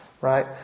right